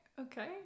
Okay